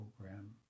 program